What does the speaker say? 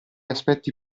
aspetti